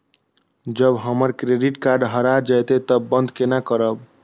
जब हमर credit card हरा जयते तब बंद केना करब?